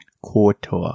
Quarter